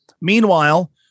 Meanwhile